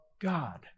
God